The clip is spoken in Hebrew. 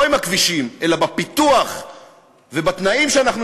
לא עם הכבישים אלא בפיתוח ובתנאים שאנחנו